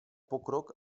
pokrok